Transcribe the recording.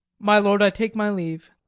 my lord, i take my leave.